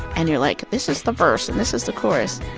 and you're, like, this is the verse, and this is the chorus.